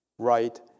right